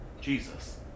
Jesus